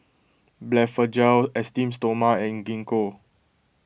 Blephagel Esteem Stoma and Gingko